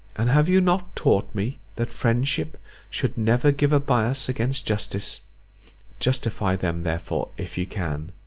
and have you not taught me that friendship should never give a bias against justice justify them, therefore, if you can.